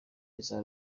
iza